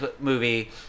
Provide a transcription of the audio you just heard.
movie